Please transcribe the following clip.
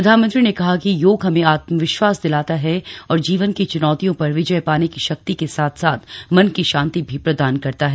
प्रधानमंत्री ने कहा कि योग हमें आत्मविश्वास देता है और जीवन की चुनौतियों पर विजय पाने की शक्ति के साथ साथ मन की शांति भी प्रदान करता है